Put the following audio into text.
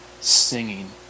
singing